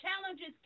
challenges